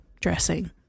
dressing